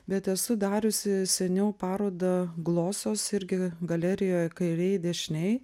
bet esu dariusi seniau parodą glosos irgi galerijoje kairėj dešinėj